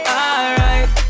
alright